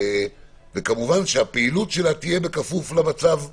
כמובן שהפעילות שלה תהיה בכפוף למצב התחלואה,